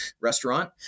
restaurant